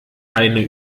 eine